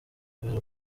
kubera